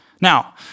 Now